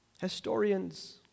Historians